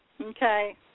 Okay